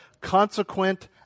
consequent